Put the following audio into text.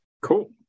cool